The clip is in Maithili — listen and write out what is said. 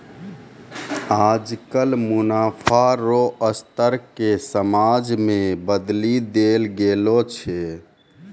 आजकल मुनाफा रो स्तर के समाज मे बदली देल गेलो छै